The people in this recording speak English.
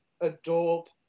adult